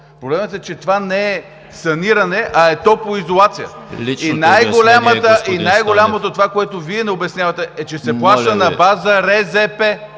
Погледнете, че това не е саниране, а е топлоизолация. И най-голямото е това, което Вие ни обяснявате, е, че се плаща на база РЗП,